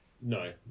No